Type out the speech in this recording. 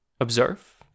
observe